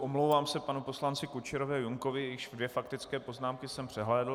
Omlouvám se panu poslanci Kučerovi a Junkovi, jejichž dvě faktické poznámky jsem přehlédl.